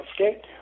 okay